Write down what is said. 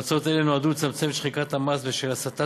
המלצות אלה נועדו לצמצם את שחיקת המס בשל הסטת